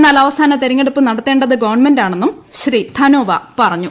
എന്നാൽ അവസാന തെരഞ്ഞെടുപ്പ് നടത്തേ ത് ഗവൺമെന്റ് ആണെന്നും ശ്രീ ധനോവ പറഞ്ഞു